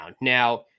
Now